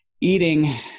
eating